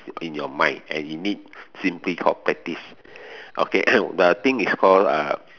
in your mind and you need simply for practice okay the thing is called uh